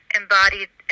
embodied